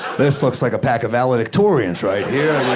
this looks like a pack of valedictorians right here.